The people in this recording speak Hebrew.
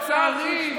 לצערי,